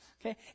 Okay